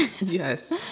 Yes